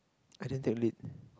I didn't take Lit